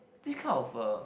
this kind of a